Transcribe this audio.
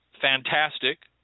fantastic